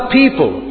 people